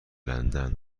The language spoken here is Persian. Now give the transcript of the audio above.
لندن